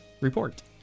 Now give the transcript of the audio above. report